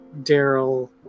Daryl